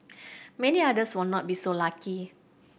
many others will not be so lucky